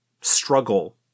struggle